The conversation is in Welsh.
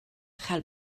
chael